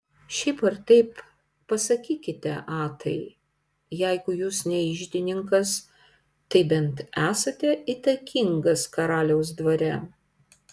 šiaip ar taip pasakykite atai jeigu jūs ne iždininkas tai bent esate įtakingas karaliaus dvare